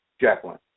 Jacqueline